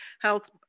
health